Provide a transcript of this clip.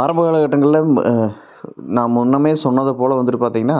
ஆரம்ப கட்டங்களில் நான் முன்னரே சொன்னதை போல் வந்துவிட்டு பார்த்திங்கன்னா